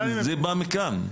זה בא מכאן.